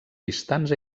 distants